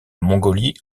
mongolie